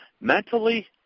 mentally